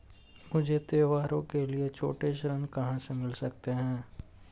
मुझे त्योहारों के लिए छोटे ऋण कहां से मिल सकते हैं?